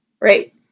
Right